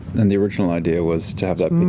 and the original idea was to